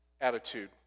attitude